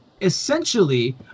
essentially